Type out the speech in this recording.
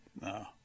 No